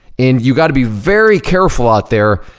and you gotta be very careful out there,